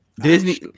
Disney